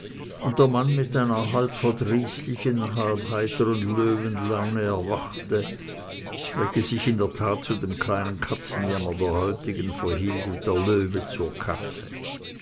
und der mann mit einer halb verdrießlichen halb heiteren löwenlaune erwachte welche sich in der tat zu dem kleinen katzenjammer der heutigen verhielt wie der löwe zur katze